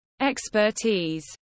expertise